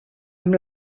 amb